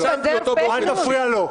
--- הוא פשוט רגיל לפזר --- אל תפריע לו.